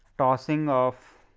tossing of